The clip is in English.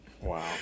Wow